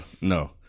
no